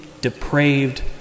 depraved